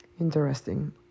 Interesting